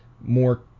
more